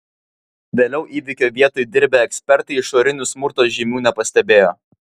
vėliau įvykio vietoj dirbę ekspertai išorinių smurto žymių nepastebėjo